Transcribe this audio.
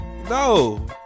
No